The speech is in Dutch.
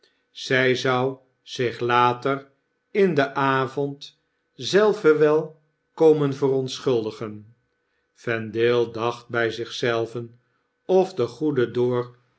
zfl zou zich later in den avond zelve wel komen verontschuldigen vendale dacht bjj zich zelven of de goede dor